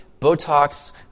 Botox